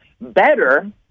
better